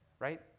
right